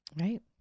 Right